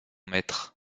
maître